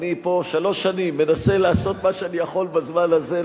אני פה שלוש שנים מנסה לעשות מה שאני יכול בזמן הזה,